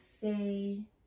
say